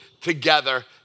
together